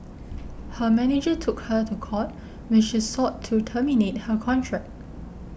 her manager took her to court when she sought to terminate her contract